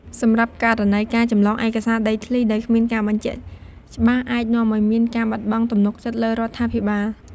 សម្រាប់ករណីការចម្លងឯកសារដីធ្លីដោយគ្មានការបញ្ជាក់ច្បាស់អាចនាំឲ្យមានការបាត់បង់ទំនុកចិត្តលើរដ្ឋាភិបាល។